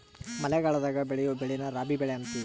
ಮಳಗಲದಾಗ ಬೆಳಿಯೊ ಬೆಳೆನ ರಾಬಿ ಬೆಳೆ ಅಂತಿವಿ